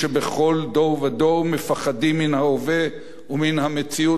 מפחדים מן ההווה ומן המציאות הנפרסת לעינינו.